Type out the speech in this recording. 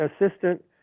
assistant